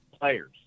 players